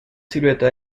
silueta